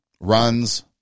runs